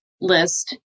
list